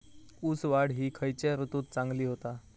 ऊस वाढ ही खयच्या ऋतूत चांगली होता?